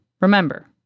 Remember